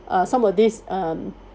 uh some of these um